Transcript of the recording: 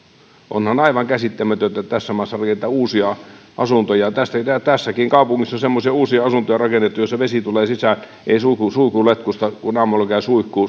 laatu onhan aivan käsittämätöntä että tässä maassa rakennetaan uusia asuntoja tässäkin kaupungissa on semmoisia uusia asuntoja rakennettu joissa vesi tulee sisään ei suihkun letkusta kun aamulla käy